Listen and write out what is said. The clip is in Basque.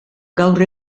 gaur